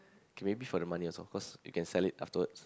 okay maybe for the money also cause you can sell it afterwards